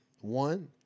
One